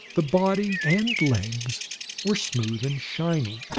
the body and legs were smooth and shiny.